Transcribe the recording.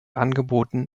angeboten